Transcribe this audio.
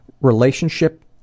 relationship